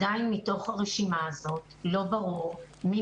מתוך הרשימה הזו עדיין לא ברור מי